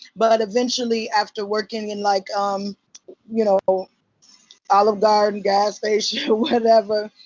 but eventually, after working in like um you know olive garden, gas station, whatever,